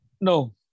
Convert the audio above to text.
No